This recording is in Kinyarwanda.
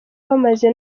bamaze